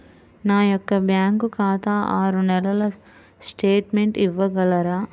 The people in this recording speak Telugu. నా యొక్క బ్యాంకు ఖాతా ఆరు నెలల స్టేట్మెంట్ ఇవ్వగలరా?